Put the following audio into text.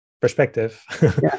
perspective